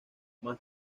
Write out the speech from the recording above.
más